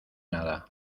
nada